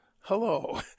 Hello